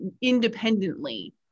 independently